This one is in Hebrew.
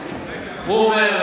הוא אומר,